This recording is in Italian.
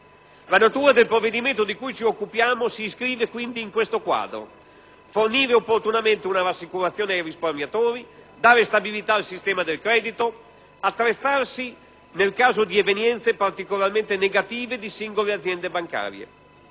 La natura del provvedimento di cui ci occupiamo si iscrive in questo quadro: fornire opportunamente una rassicurazione ai risparmiatori; dare stabilità al sistema del credito; attrezzarsi nel caso di evenienze particolarmente negative di singole aziende bancarie.